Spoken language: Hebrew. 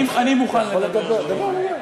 טוב, אני מוכן לדבר, אדוני.